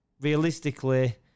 realistically